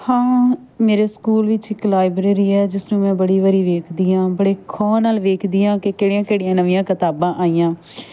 ਹਾਂ ਮੇਰੇ ਸਕੂਲ ਵਿੱਚ ਇੱਕ ਲਾਈਬ੍ਰੇਰੀ ਹੈ ਜਿਸਨੂੰ ਮੈਂ ਬੜੀ ਵਾਰੀ ਵੇਖਦੀ ਹਾਂ ਬੜੇ ਖੋਹ ਨਾਲ ਵੇਖਦੀ ਹਾਂ ਕਿ ਕਿਹੜੀਆਂ ਕਿਹੜੀਆਂ ਨਵੀਆਂ ਕਿਤਾਬਾਂ ਆਈਆਂ